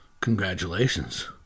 congratulations